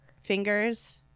Fingers